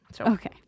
Okay